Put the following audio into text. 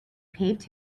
paved